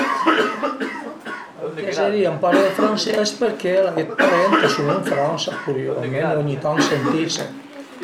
A m'piazerìa ëmparé ël frases perché mi parent a sun ën Fransa parei purìu almenu ogni tant sentise